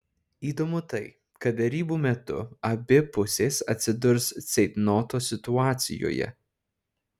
įdomu tai kad derybų metu abi pusės atsidurs ceitnoto situacijoje